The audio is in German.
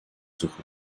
zurück